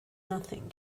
nothing